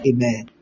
Amen